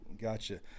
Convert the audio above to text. Gotcha